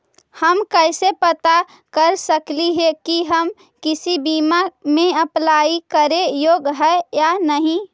हम कैसे पता कर सकली हे की हम किसी बीमा में अप्लाई करे योग्य है या नही?